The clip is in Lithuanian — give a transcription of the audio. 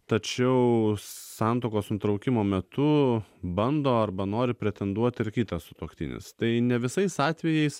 tačiau santuokos nutraukimo metu bando arba nori pretenduot ir kitas sutuoktinis tai ne visais atvejais